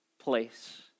place